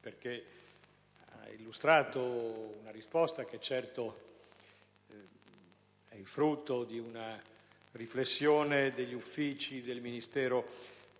per aver illustrato una risposta che certo è il frutto di una riflessione degli uffici del Ministero.